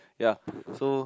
ya so